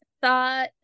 thought